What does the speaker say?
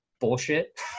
bullshit